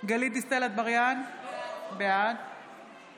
גלית דיסטל אטבריאן, בעד